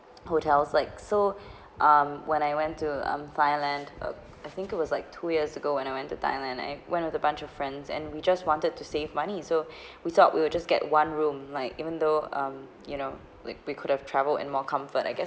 hotels like so um when I went to um thailand uh I think it was like two years ago when I went to thailand I went with a bunch of friends and we just wanted to save money so we thought we will just get one room like even though um you know like we could have travel and more comfort I guess